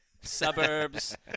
suburbs